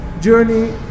journey